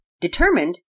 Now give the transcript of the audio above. Determined